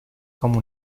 como